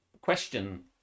question